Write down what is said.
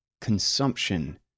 consumption